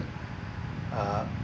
uh